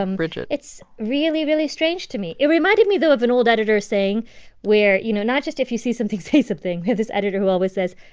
um bridget so it's really, really strange to me. it reminded me, though, of an old editor saying where, you know, not just if you see something, say something this editor who always says,